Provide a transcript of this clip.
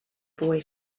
boy